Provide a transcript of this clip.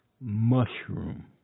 mushroom